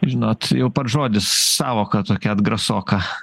žinot jau pats žodis sąvoka tokia atgrasoka